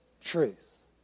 truth